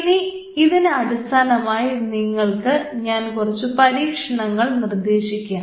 ഇനി ഇതിന് അടിസ്ഥാനമായി നിങ്ങൾക്ക് ഞാൻ കുറച്ച് പരീക്ഷണങ്ങൾ നിർദ്ദേശിക്കാം